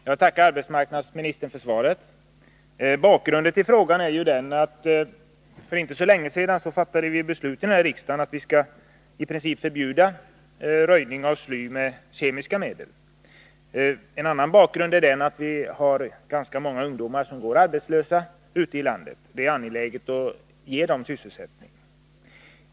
Herr talman! Jag tackar arbetsmarknadsministern för svaret. Bakgrunden till frågan är den, att riksdagen för inte så länge sedan fattade beslut om att i princip förbjuda röjning av sly med kemiska medel. En annan bakgrund är att ganska många ungdomar ute i landet går arbetslösa och att det är angeläget att ge dem sysselsättning.